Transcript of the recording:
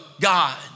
God